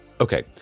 okay